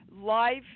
Life